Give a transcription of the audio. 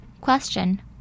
Question